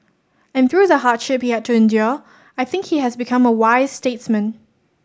and through the hardship he had to endure I think he has become a wise statesman